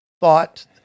thought